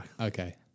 Okay